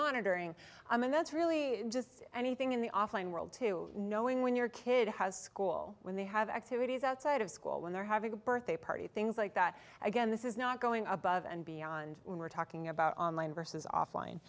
monitoring i mean that's really just anything in the offline world to knowing when your kid has school when they have activities outside of school when they're having a birthday party things like that again this is not going above and beyond we're talking about online versus offline